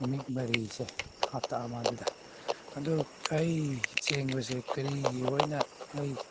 ꯅꯨꯃꯤꯠ ꯃꯔꯤꯁꯦ ꯍꯞꯇꯥ ꯑꯃꯗꯨꯗ ꯑꯗꯨ ꯑꯩ ꯆꯦꯟꯕꯁꯦ ꯀꯔꯤꯒꯤ ꯑꯣꯏꯅ ꯑꯩ